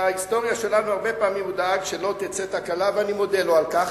בהיסטוריה שלנו הרבה פעמים הוא דאג שלא תצא תקלה ואני מודה לו על כך,